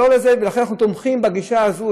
ולכן אנחנו תומכים בגישה הזו,